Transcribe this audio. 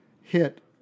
hit